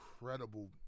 incredible